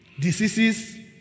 diseases